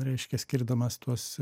reiškia skirdamas tuos